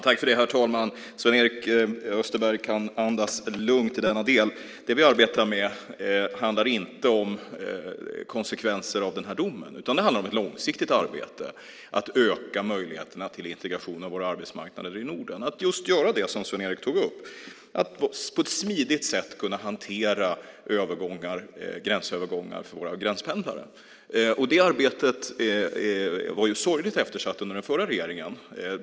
Herr talman! Sven-Erik Österberg kan andas lugnt i denna del. Det vi arbetar med handlar inte om konsekvenser av den här domen, utan det handlar om ett långsiktigt arbete att öka möjligheterna till integration av våra arbetsmarknader i Norden, att just göra det som Sven-Erik tog upp. Det handlar om att på ett smidigt sätt kunna hantera övergångar för våra gränspendlare. Det arbetet var sorgligt eftersatt under den förra regeringen.